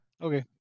okay